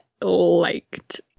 liked